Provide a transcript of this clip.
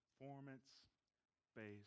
Performance-based